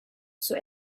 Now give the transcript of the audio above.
zur